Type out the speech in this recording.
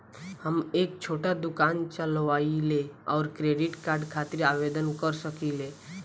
हम एक छोटा दुकान चलवइले और क्रेडिट कार्ड खातिर आवेदन कर सकिले?